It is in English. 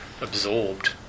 Absorbed